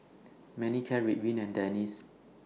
Manicare Ridwind and Dentiste